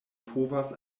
povas